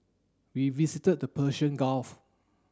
we visited the Persian Gulf